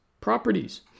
properties